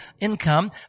income